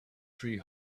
three